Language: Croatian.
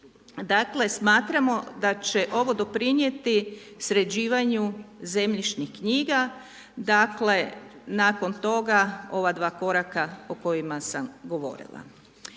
Dakle, smatramo da će ovo doprinijeti sređivanju zemljišnih knjiga, dakle nakon toga ova dva koraka o kojima sam govorila.